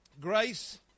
grace